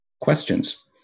questions